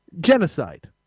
genocide